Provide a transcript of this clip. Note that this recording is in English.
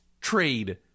trade